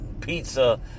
pizza